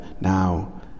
now